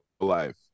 life